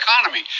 economy